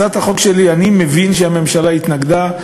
הצעת החוק שלי, אני מבין שהממשלה התנגדה.